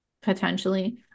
potentially